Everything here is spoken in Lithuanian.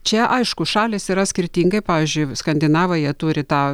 čia aišku šalys yra skirtingai pavyzdžiui skandinavai jie turi tą